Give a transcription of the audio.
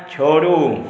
छोड़ू